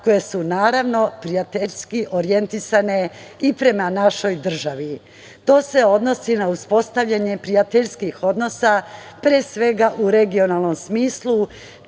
koje su naravno prijateljski orijentisane i prema našoj državi. To se odnosi na uspostavljanje prijateljskih odnosa pre svega u regionalnom smislu,